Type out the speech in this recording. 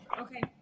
Okay